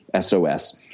SOS